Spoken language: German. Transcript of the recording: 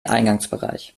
eingangsbereich